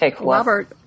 Robert